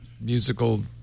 musical